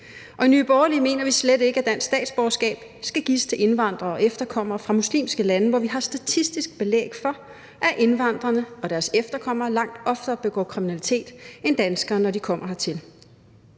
i Nye Borgerlige mener vi slet ikke, at dansk statsborgerskab skal gives til indvandrere og efterkommere fra muslimske lande, hvor vi har statistisk belæg for at sige, at indvandrerne og deres efterkommere langt oftere begår kriminalitet end danskere, når de kommer hertil.